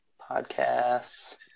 Podcasts